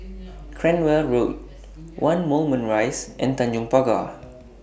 Cranwell Road one Moulmein Rise and Tanjong Pagar